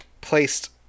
placed